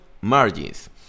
margins